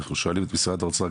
שואלים את משרד האוצר,